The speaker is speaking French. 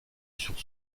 sur